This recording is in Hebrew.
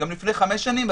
גם לפני חמש שנים,